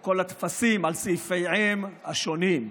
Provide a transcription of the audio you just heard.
או כל הטפסים על סעיפיהם השונים.